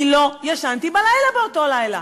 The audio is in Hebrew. אני לא ישנתי באותו לילה,